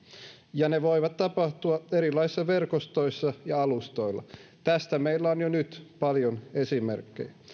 ja ne voivat tapahtua erilaisissa verkostoissa ja alustoilla tästä meillä on jo nyt paljon esimerkkejä